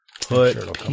Put